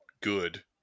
good